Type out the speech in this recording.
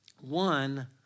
One